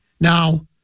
Now